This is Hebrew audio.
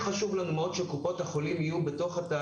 חשוב לנו מאוד שקופות החולים יהיו בתהליך,